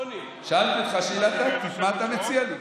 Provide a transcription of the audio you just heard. שאלתי אותך שאלה טקטית, מה אתה מציע לי.